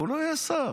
הוא לא יהיה שר.